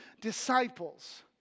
disciples